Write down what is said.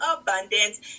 abundance